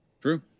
True